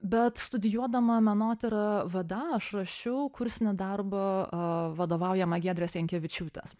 bet studijuodama menotyrą vda aš rašiau kursinį darbą vadovaujama giedrės jankevičiūtės